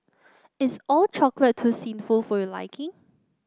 is All Chocolate too sinful for your liking